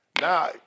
Now